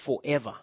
forever